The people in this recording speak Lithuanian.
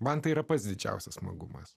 man tai yra pats didžiausias smagumas